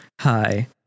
hi